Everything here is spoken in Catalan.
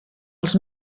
els